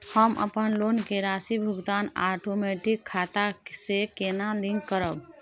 हम अपन लोन के राशि भुगतान ओटोमेटिक खाता से केना लिंक करब?